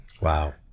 Wow